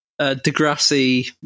Degrassi